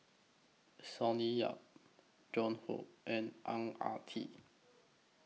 Sonny Yap Joan Hon and Ang Ah Tee